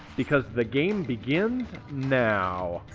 because the game begins now.